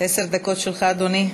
עשר דקות יש לך, אדוני.